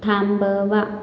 थांबवा